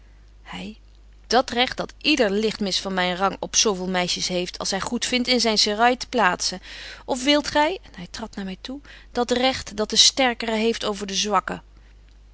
hy dat recht dat yder ligtmis van myn rang op zo veel meisjes heeft als hy goedvindt in zyn serail te plaatzen of wilt gy en hy tradt naar my toe dat recht dat de sterkere heeft over de zwakke